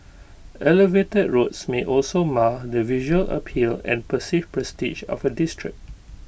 elevated roads may also mar the visual appeal and perceived prestige of A district